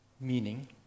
meaning